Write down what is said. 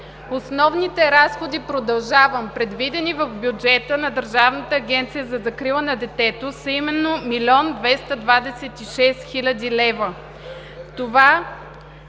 Основните разходи – продължавам, предвидени в бюджета на Държавната агенция за закрила на детето, са именно 1 млн. 226 хил. лв.